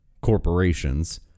corporations